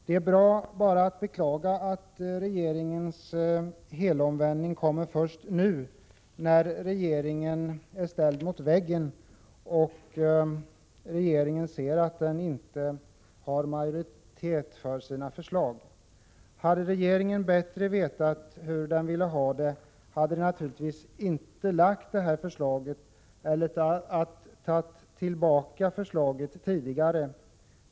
Det är bara att beklaga att regeringens helomvändning kommer först nu när regeringen är ställd mot väggen och ser att den inte har en majoritet bakom sina förslag. Hade regeringen bättre vetat hur den ville ha det, hade den naturligtvis inte lagt fram det här förslaget — eller tagit tillbaka det tidigare.